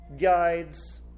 guides